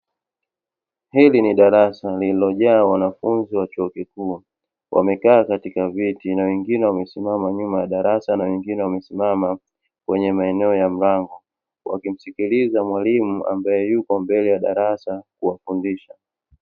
Hili ni darasa lililojaa wanafunzi wa chuo kikuu, wamekaa katika viti na wengine wamesimama nyuma ya darasa, na wengine wamesimama kwenye maeneo ya mlango, wakimsikiliza mwalimu ambaye yupo mbele ya darasa kuwafundisha.